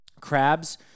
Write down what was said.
Crabs